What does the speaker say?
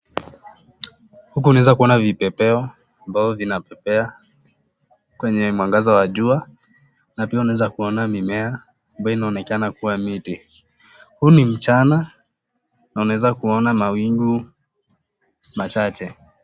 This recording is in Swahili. Huku naweza kuona vipepeo ambao vinapepea kwenye mwangaza wa jua na pia unaweza kuona mimea ambayo inaonekana kuwa miti ,huu ni mchana na unaweza kuona mawingu machache.